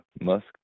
Musk